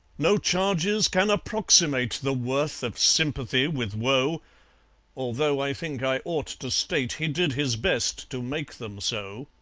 no charges can approximate the worth of sympathy with woe although i think i ought to state he did his best to make them so.